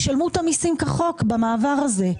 ישלמו את המיסים כחוק במעבר הזה.